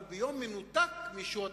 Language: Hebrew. אבל ביום מנותק מיום אישור התקציב.